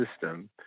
system